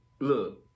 look